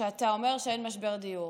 כשאתה אומר שאין משבר דיור.